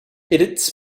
its